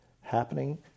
happening